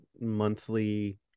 monthly